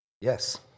Yes